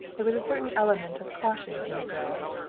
there was a certain element of caution in the girl.